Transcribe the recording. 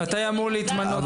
מתי אמור להתמנות סגן יו"ר?